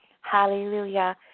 Hallelujah